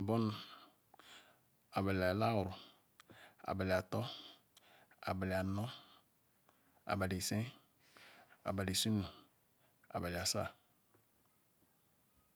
nbom, Abali-alawara, Abali-Alo, Abali-Ano, Abali-ke, Abali-Isuru, Abali- Asa